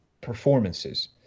performances